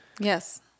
Yes